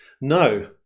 No